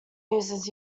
uses